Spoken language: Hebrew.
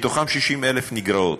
ו-60,000 נגרעות.